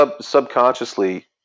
subconsciously